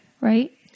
right